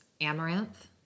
amaranth